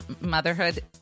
motherhood